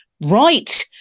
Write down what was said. Right